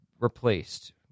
replaced